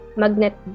magnet